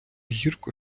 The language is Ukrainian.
гірко